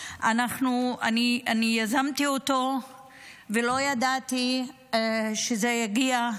אני יזמתי אותו ולא ידעתי שזה יגיע,